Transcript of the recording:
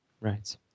right